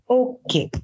okay